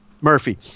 Murphy